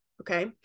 okay